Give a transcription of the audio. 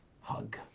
hug